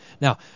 Now